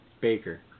Baker